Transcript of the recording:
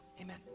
amen